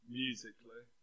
musically